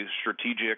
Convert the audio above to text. strategic